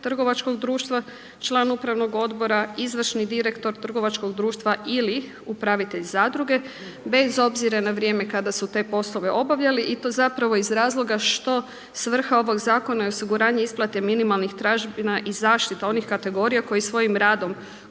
trgovačkog društva, član upravnog odbora, izvršni direktor trgovačkog društva ili upravitelj zadruge bez obzira na vrijeme kada su te poslove obavljali. I to zapravo iz razloga što svrha ovog zakona je osiguranje isplate minimalnih tražbina i zaštita onih kategorija koji svojim radom